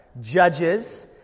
Judges